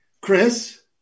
Chris